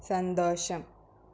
സന്തോഷം